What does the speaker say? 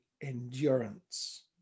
endurance